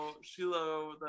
Shiloh